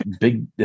Big